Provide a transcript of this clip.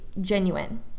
genuine